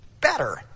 better